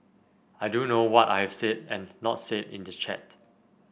I do know what I have said and not said in the chat